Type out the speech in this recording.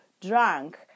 drunk